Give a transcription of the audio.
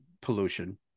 pollution